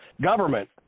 government